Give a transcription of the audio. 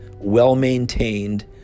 well-maintained